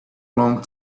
long